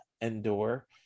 Endor